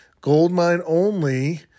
goldmine-only